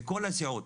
מכל הסיעות